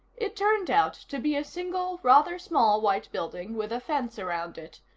it turned out to be a single, rather small white building with a fence around it.